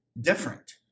different